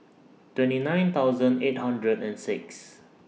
twenty nine thousand eight hundred and six